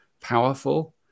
powerful